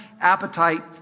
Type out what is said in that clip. appetite